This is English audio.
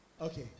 okay